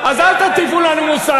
אז אל תטיפו לנו מוסר.